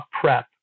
prep